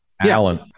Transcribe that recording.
Alan